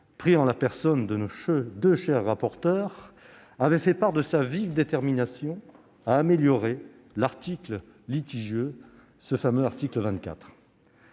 pris en la personne de nos deux chers rapporteurs, a fait part de sa vive détermination à améliorer l'article litigieux, le « fameux » article 24.